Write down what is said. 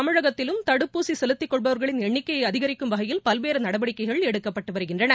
தமிழகத்திலும் தடுப்பூசி செலுத்திக் கொள்வா்களின் எண்னிக்கையை அதிகிக்கும் வகையில் பல்வேறு நடவடிக்கைகள் எடுக்கப்பட்டு வருகின்றன